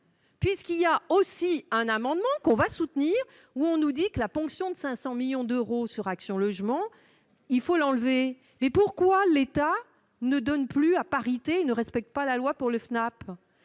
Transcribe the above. puisqu'il y a aussi un amendement qu'on va soutenir où on nous dit que la ponction de 500 millions d'euros sur Action Logement, il faut l'enlever, mais pourquoi l'État ne donne plus à parité, ne respecte pas la loi pour le FNAP